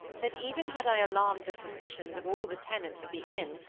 that even had i alarmed the suspicions of all the tenants of the inn,